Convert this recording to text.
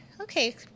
okay